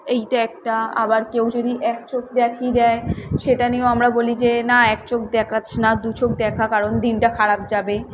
এইটা একটা আবার কেউ যদি এক চোখ দেখিয়ে দেয় সেটা নিয়েও আমরা বলি যে না এক চোখ দেখাস না দু চোখ দেখা কারণ দিনটা খারাপ যাবে